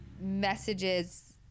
messages